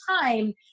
time